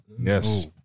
Yes